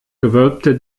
gewölbte